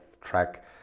track